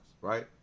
right